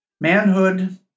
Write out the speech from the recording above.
Manhood